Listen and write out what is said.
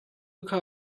kha